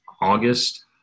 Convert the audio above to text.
August